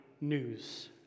news